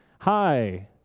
hi